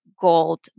gold